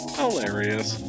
hilarious